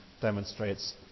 demonstrates